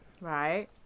Right